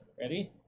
Ready